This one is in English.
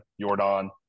Jordan